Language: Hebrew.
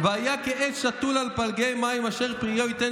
"והיה כעץ שתול על פלגי מים אשר פריו יתן